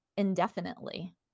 indefinitely